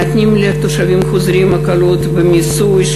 נותנים לתושבים חוזרים הקלות במיסוי,